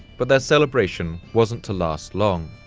but their celebration wasn't to last long.